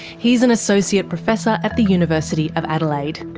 he's an associate professor at the university of adelaide.